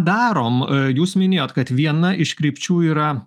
darom jūs minėjot kad viena iš krypčių yra